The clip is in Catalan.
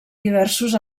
diversos